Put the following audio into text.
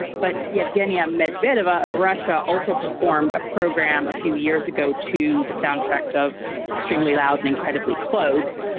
and but yevgeny ah medvedev ah of russia also performed a program a few years ago to the soundtracked of extremely loud and incredibly close,